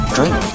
Drink